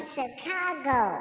Chicago